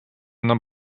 нам